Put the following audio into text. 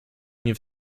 nie